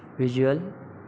visual